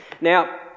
Now